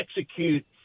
execute